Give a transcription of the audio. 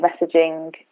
messaging